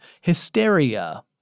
hysteria